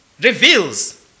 reveals